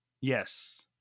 Yes